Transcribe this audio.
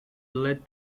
led